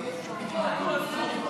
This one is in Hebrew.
מה אי-אפשר לומר?